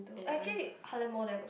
actually Heartland-Mall there got so